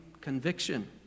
conviction